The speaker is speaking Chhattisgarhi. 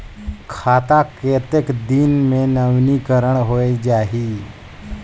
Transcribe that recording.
खाता कतेक दिन मे नवीनीकरण होए जाहि??